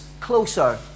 closer